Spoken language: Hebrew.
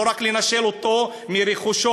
לא רק לנשל אותו מרכושו?